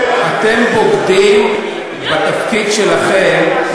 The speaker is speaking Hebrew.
אתם בוגדים בתפקיד שלכם.